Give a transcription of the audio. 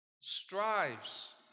strives